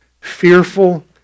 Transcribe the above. fearful